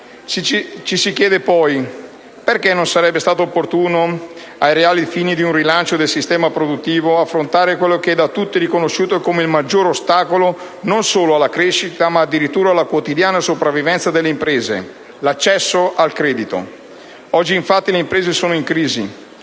Ci si chiede poi se non sarebbe stato opportuno, ai reali fini di un rilancio del sistema produttivo, affrontare quello che è da tutti riconosciuto come il maggiore ostacolo non solo alla crescita, ma addirittura alla quotidiana sopravvivenza delle imprese: l'accesso al credito. Oggi infatti le imprese sono in crisi,